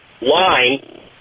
Line